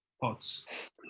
thoughts